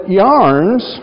yarns